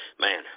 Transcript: Man